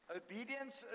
obedience